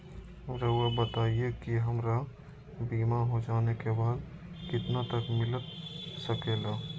रहुआ बताइए कि हमारा बीमा हो जाने के बाद कितना तक मिलता सके ला?